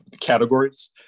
categories